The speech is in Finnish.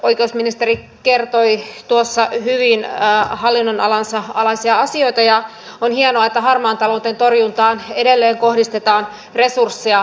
oikeusministeri kertoi tuossa hyvin hallinnonalansa alaisia asioita ja on hienoa että harmaan talouden torjuntaan edelleen kohdistetaan resursseja